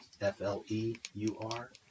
F-L-E-U-R